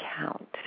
count